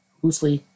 loosely